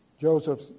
Joseph